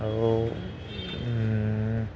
আৰু